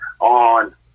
on